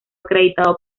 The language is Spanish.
acreditado